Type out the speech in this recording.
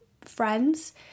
friends